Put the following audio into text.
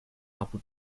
abu